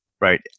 Right